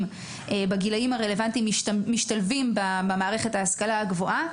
בגילאים הרלבנטיים משתלבים במערכת ההשכלה הגבוהה,